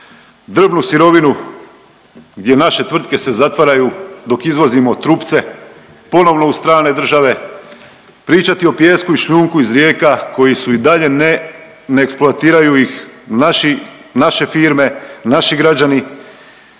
drvnu sirovinu gdje naše tvrtke se zatvaraju dok izvozimo trupce, ponovno u strane države, pričati o pijesku i šljunku iz rijeka koji su i dalje ne, ne eksploatiraju ih naših, naše firme, naši građani,